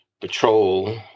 Patrol